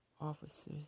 officers